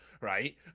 right